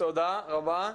תודה רבה.